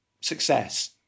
success